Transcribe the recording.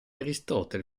aristotele